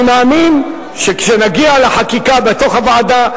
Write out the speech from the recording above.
אני מאמין שכשנגיע לחקיקה בוועדה,